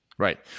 Right